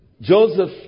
Joseph